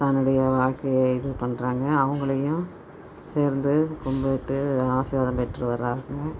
தன்னுடைய வாழ்க்கையை இது பண்ணுறாங்க அவங்களையும் சேர்ந்து கும்பிட்டு ஆசிர்வாதம் பெற்று வராங்க